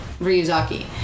Ryuzaki